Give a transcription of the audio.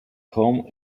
home